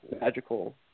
magical